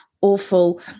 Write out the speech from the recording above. awful